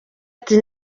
ati